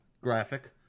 graphic